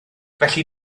felly